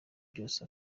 byose